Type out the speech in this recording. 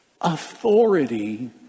authority